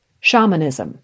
shamanism